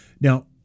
Now